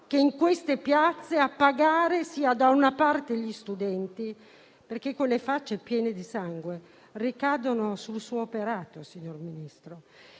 che in queste piazze a pagare non siano gli studenti, perché quelle facce piene di sangue ricadono sul suo operato, signor Ministro.